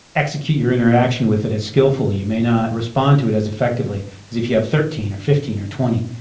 execute your interaction with it as skilfully, you may not respond to it as effectively as if you had thirteen or fifteen or twenty.